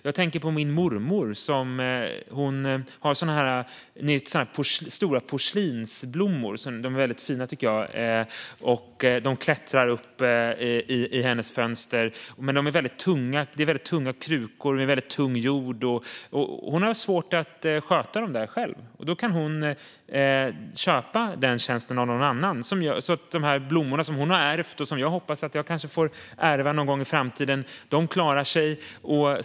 Jag tänker på min mormor, som har sådana här stora porslinsblommor - de är väldigt fina, tycker jag - som klättrar i hennes fönster. Men det är väldigt tunga krukor och tung jord, och hon har svårt att sköta dem själv. Då kan hon köpa den tjänsten av någon annan så att dessa blommor, som hon har ärvt och som jag hoppas att jag kanske får ärva någon gång i framtiden, klarar sig.